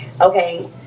Okay